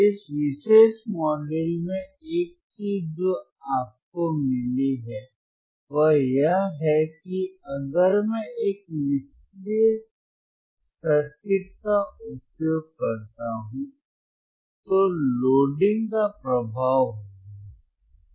इस विशेष मॉड्यूल में एक चीज जो आपको मिली है वह यह है कि अगर मैं एक निष्क्रिय सर्किट का उपयोग करता हूं तो लोडिंग का प्रभाव होगा